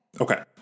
Okay